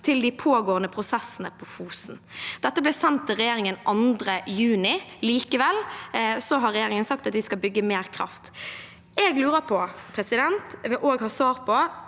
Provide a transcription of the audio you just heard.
til de pågående prosessene på Fosen». Dette ble sendt til regjeringen 2. juni, likevel har regjeringen sagt at de skal bygge mer kraft. Jeg lurer på og vil også ha svar på: